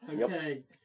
Okay